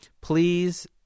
please